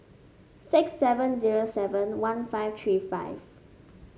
six seven zero seven one five three five